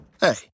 Hey